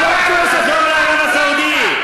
לחזור לערב-הסעודית.